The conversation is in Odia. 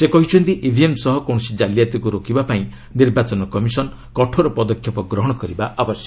ସେ କହିଛନ୍ତି ଇଭିଏମ୍ ସହ କୌଣସି ଜାଲିଆତିକ୍ ରୋକିବା ପାଇଁ ନିର୍ବାଚନ କମିଶନ୍ କଠୋର ପଦକ୍ଷେପ ଗ୍ରହଣ କରିବା ଉଚିତ୍